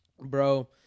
bro